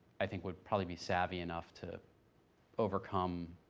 i think would probably be savvy enough to overcome